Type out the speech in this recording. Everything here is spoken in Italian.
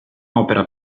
opera